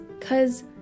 cause